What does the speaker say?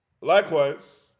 Likewise